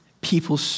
people